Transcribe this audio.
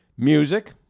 music